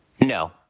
No